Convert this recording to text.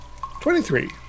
Twenty-three